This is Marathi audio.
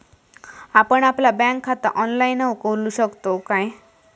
आपण आपला बँक खाता ऑनलाइनव खोलू शकतव काय?